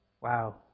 Wow